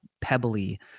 pebbly